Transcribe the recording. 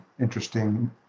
interesting